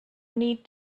need